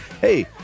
Hey